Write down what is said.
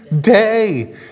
day